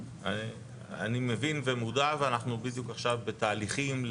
אני מבין ומודע ואנחנו בדיוק עכשיו בתהליכים,